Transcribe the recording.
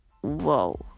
Whoa